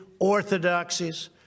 orthodoxies